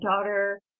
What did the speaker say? daughter